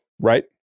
Right